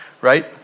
right